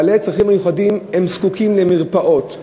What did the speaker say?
בעלי הצרכים המיוחדים זקוקים למרפאות,